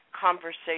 conversation